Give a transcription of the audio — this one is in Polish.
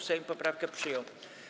Sejm poprawkę przyjął.